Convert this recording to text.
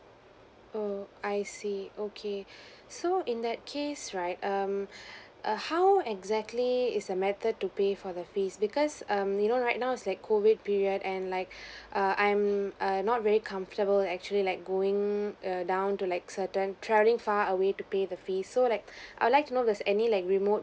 oo I see okay so in that case right um uh how exactly is a method to pay for the fees because um you know right now is like COVID period and like err I'm err not very comfortable actually like going err down to like certain travelling far away to pay the fees so like I would like to know there's any like remote